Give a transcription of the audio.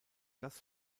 das